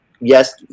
yes